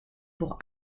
pour